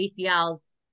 ACLs